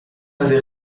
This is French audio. avait